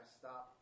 stop